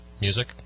Music